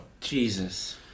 Jesus